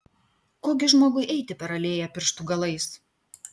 ko gi žmogui eiti per alėją pirštų galais